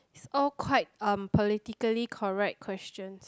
it's all quite um politically correct questions